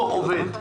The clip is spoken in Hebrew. לא עובד.